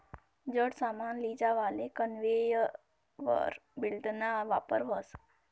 जड सामान लीजावाले कन्वेयर बेल्टना वापर व्हस